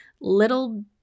little